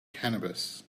cannabis